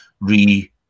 re